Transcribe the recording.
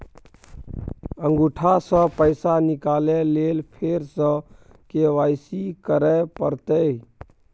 अंगूठा स पैसा निकाले लेल फेर स के.वाई.सी करै परतै?